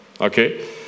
Okay